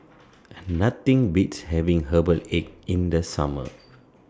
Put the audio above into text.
Nothing Beats having Herbal Egg in The Summer